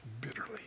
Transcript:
Bitterly